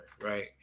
right